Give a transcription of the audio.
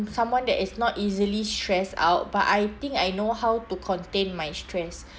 someone that is not easily stressed out but I think I know how to contain my stress